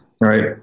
right